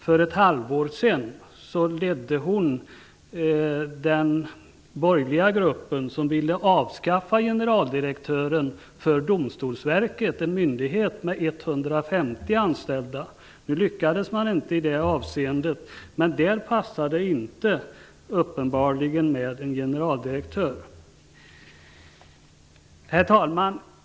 För ett halvår sedan ledde hon den borgerliga grupp som ville avskaffa generaldirektören för Nu lyckades man inte i det avseendet, men där passade det uppenbarligen inte med en generaldirektör. Herr talman!